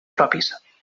propis